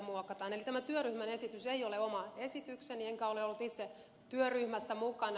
eli tämän työryhmän esitys ei ole oma esitykseni enkä ole ollut itse työryhmässä mukana